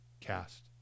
cast